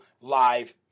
live